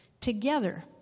together